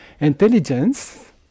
intelligence